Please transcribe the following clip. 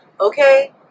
Okay